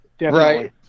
right